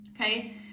okay